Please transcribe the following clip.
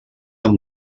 amb